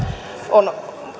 on